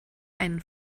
einen